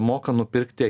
moka nupirkti